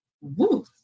Woo